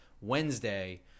Wednesday